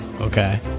Okay